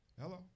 Hello